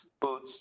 boots